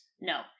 No